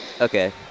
Okay